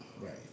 right